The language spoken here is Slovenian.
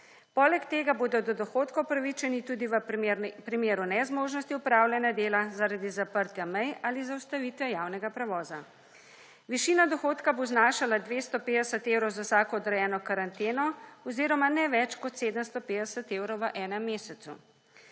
Poleg tega bodo do dohodka upravičeni tudi v primeru nezmožnosti opravljanja dela zaradi zaprtja mej ali zaustavitve javnega prevoza. Višina dohodka bo znašala 250 evrov za vsako odrejeno karanteno oziroma ne več kot 750 evrov v enem mesecu.